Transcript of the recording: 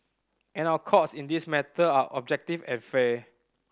and our courts in this matter are objective and fair